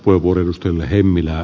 arvoisa puhemies